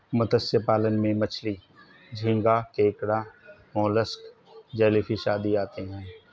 मत्स्य पालन में मछली, झींगा, केकड़ा, मोलस्क, जेलीफिश आदि आते हैं